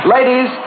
Ladies